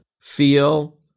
feel